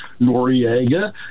Noriega